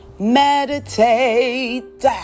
meditate